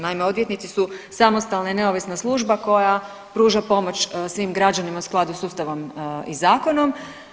Naime, odvjetnici su samostalne i neovisna služba koja pruža pomoć svim građanima u skladu s ustavom i zakonom.